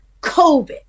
covid